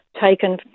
taken